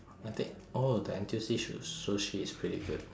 I think oh the N_T_U_C su~ sushi is pretty good